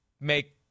make